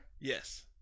Yes